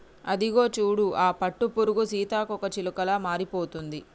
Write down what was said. అదిగో చూడు ఆ పట్టుపురుగు సీతాకోకచిలుకలా మారిపోతుంది